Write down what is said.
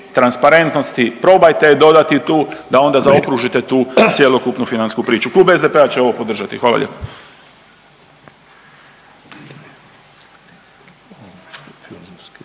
transparentnosti, probajte je dodati tu da onda zaokružite tu cjelokupnu financijsku priču. Klub SDP-a će ovo podržati, hvala lijepo.